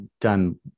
done